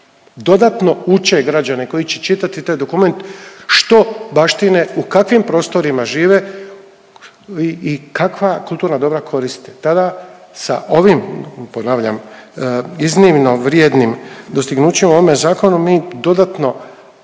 dodatno uče građane koji će čitati taj dokument što baštine u kakvim prostorima žive i kakva kulturna dobra koriste. Tada sa ovim, ponavljam, iznimno vrijednim dostignućima u ovome zakonu, mi dodatno ne samo